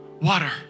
water